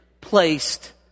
placed